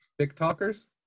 TikTokers